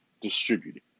distributed